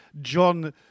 John